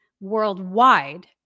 worldwide